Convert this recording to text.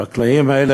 החקלאים האלה,